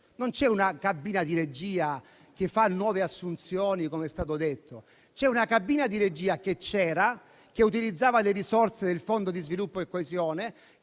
Non c'è una cabina di regia che fa nuove assunzioni, com'è stato detto; c'è una cabina di regia che c'era, che utilizzava le risorse del Fondo di sviluppo e coesione,